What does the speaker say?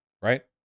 right